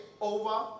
over